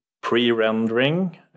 pre-rendering